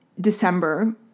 December